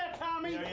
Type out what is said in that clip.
tommy!